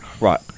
Right